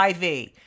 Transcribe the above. IV